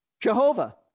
Jehovah